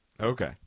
Okay